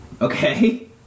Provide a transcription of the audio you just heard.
Okay